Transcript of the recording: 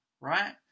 right